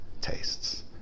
tastes